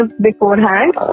beforehand